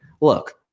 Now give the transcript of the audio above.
Look